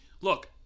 look